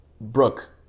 Brooke